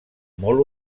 molt